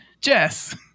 Jess